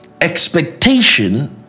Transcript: expectation